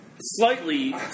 Slightly